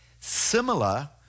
Similar